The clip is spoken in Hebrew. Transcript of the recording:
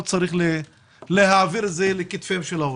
צריך להעביר את זה לכתפיהם של ההורים.